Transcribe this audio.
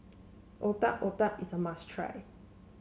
Otak Otak is a must try